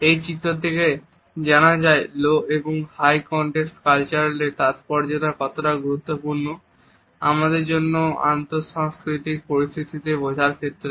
এই চিত্রটি থেকে জানা যায় লো এবং হাই কন্টেক্সট কালচারের তাৎপর্যতা কতটা গুরুত্বপূর্ণ আমাদের জন্য আন্তঃসাংস্কৃতিক পরিস্থিতিকে বোঝার ক্ষেত্রে